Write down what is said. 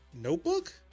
Notebook